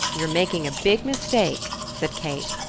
you're making a big mistake, said kate.